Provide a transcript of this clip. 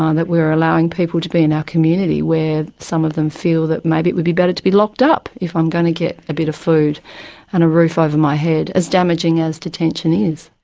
um that we were allowing people to be in our community where some of them feel that maybe it would be better to be locked up if i'm going to get a bit of food and a roof over my head, as damaging as detention is.